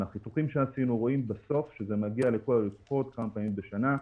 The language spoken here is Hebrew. מן החיתוכים שעשינו רואים בסוף שזה נוגע לכל הלקוחות כמה פעמים בשנה,